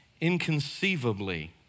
inconceivably